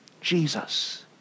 jesus